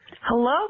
Hello